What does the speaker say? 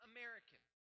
American